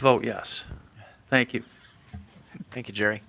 vote yes thank you thank you jer